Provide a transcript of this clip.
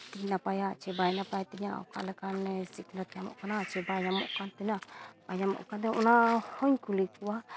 ᱱᱟᱯᱟᱭ ᱥᱮ ᱵᱟᱭ ᱱᱟᱯᱟᱭ ᱛᱤᱧᱟᱹ ᱚᱠᱟᱞᱮᱠᱟᱱ ᱥᱤᱠᱷᱱᱟᱹᱛ ᱧᱟᱢᱚᱜ ᱠᱟᱱᱟ ᱥᱮ ᱵᱟᱭ ᱧᱟᱢᱚᱜ ᱠᱟᱱ ᱛᱤᱧᱟᱹ ᱵᱟᱭ ᱧᱟᱢᱚᱜ ᱠᱟᱱ ᱛᱤᱧᱟᱹ ᱚᱱᱟ ᱦᱩᱧ ᱠᱩᱞᱤ ᱠᱚᱣᱟ